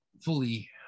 fully